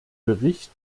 bericht